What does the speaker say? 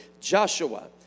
Joshua